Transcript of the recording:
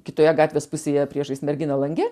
kitoje gatvės pusėje priešais merginą lange